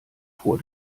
vor